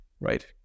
right